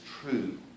true